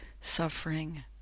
suffering